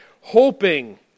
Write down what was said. hoping